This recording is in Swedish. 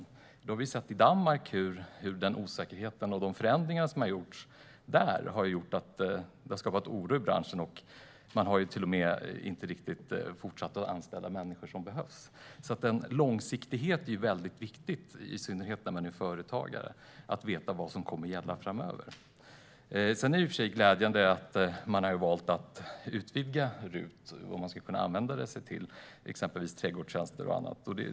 I Danmark har vi sett hur den osäkerheten och de förändringar som har gjorts har skapat oro i branschen. Man har inte fortsatt att anställa de människor som behövs. Långsiktighet är alltså väldigt viktigt, i synnerhet för den som är företagare och behöver veta vad som kommer att gälla framöver. Sedan är det i och för sig glädjande att ni har valt att utvidga RUT när det gäller vad man ska kunna använda det till. Det handlar om exempelvis trädgårdstjänster och annat.